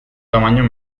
tamaño